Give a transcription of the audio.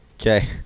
Okay